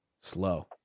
slow